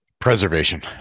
preservation